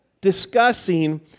discussing